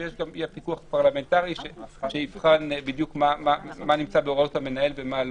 ויהיה גם פיקוח פרלמנטרי שיבחן בדיוק מה נמצא בהוראות המנהל ומה לא.